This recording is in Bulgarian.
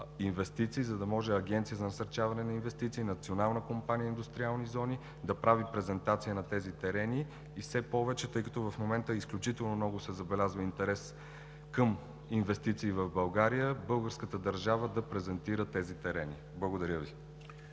за да може Агенцията за насърчаване на инвестициите и „Национална компания индустриални зони“ да правят презентация на тези терени и все повече, тъй като в момента изключително много се забелязва интерес към инвестиции в България, българската държава да ги презентира. Благодаря Ви.